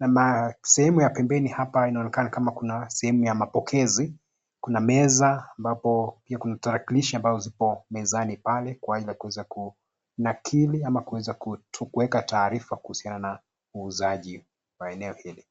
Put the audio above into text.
na sehemu ya pembeni hapa inaonekana kama kuna sehemu ya mapokezi. Kuna meza ambapo pia kuna tarakilishi ambapo zipo mezani pale kuweza kunakili ama kuweza kuweka taarifa kuhusiana na uuzaji maeneo hili.